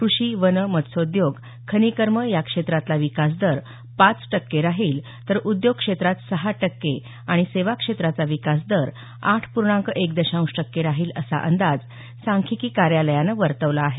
कृषी वन मत्स्योद्योग खनिकर्म या क्षेत्रातला विकास दर पाच टक्के राहील तर उद्योग क्षेत्रात सहा टक्के आणि सेवा क्षेत्राचा विकास दर आठ पूर्णांक एक दशांश टक्के राहील असा अंदाज सांख्यिकी कार्यालयानं वर्तवला आहे